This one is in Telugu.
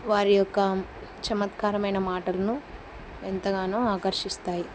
వారి యొక్క చమత్కారమైన మాటలను ఎంతగానో ఆకర్షిస్తాయి